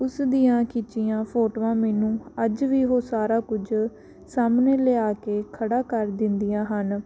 ਉਸ ਦੀਆਂ ਖਿੱਚੀਆਂ ਫੋਟੋਆਂ ਮੈਨੂੰ ਅੱਜ ਵੀ ਉਹ ਸਾਰਾ ਕੁਝ ਸਾਹਮਣੇ ਲਿਆ ਕੇ ਖੜ੍ਹਾ ਕਰ ਦਿੰਦੀਆਂ ਹਨ